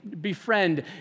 befriend